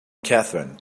catherine